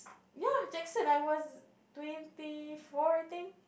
ya Jackson I was twenty four I think